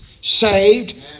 saved